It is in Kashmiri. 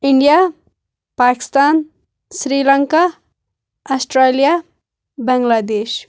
انڈِیا پاکستان سری لنکا آسٹرٛیلیاہ بنٛگلہ دیش